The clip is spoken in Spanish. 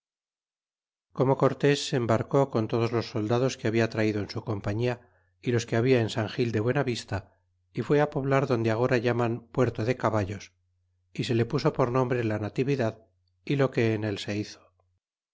como corles se embarcó con todos los soldados que habla traido en bu compañía ylos que habla en san gil de buena vista y fué poblar adonde agora llaman puerto de caballos y se le puso nombre la natividad y lo que en él se hizo